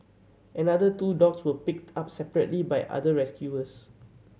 another two dogs were picked up separately by other rescuers